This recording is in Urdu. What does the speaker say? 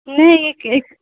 نہیں ایک ایک